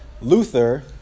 Luther